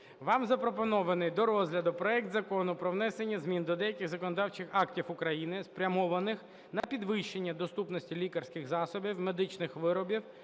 Вам запропонований до розгляду проект Закону про внесення змін до деяких законодавчих актів України, спрямованих на підвищення доступності лікарських засобів, медичних виробів